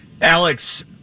alex